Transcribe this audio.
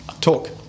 talk